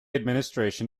administration